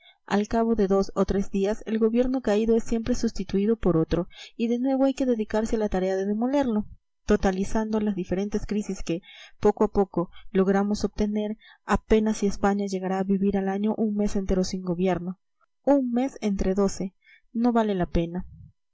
al cabo de dos o tres días el gobierno caído es siempre sustituido por otro y de nuevo hay que dedicarse a la tarea de demolerlo totalizando las diferentes crisis que poco a poco logramos obtener apenas si españa llegará a vivir al año un mes entero sin gobierno un mes entre doce no vale la pena